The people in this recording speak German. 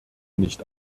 nicht